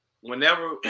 whenever